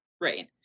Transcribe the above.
Right